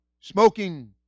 smoking